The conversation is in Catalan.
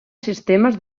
sistemes